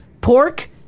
pork